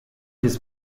his